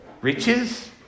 Riches